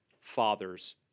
fathers